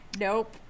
Nope